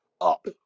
up